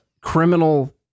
criminal